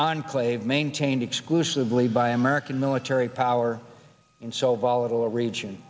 enclave maintained exclusively by american military power in seoul volatile region